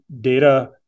data